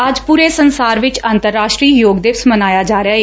ਅੱਜ ਪੁਰੇ ਸੰਸਾਰ ਵਿੱਚ ਅੰਤਰਰਾਸ਼ਟਰੀ ਯੋਗ ਦਿਵਸ ਮਨਾਇਆ ਜਾ ਰਿਹਾ ਏ